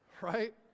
right